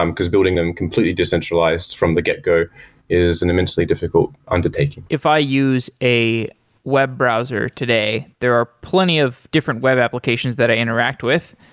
um because building them completely decentralized from the get go is an immensely difficult undertaking. if i use a web browser today, there are plenty of different web applications that i interact with.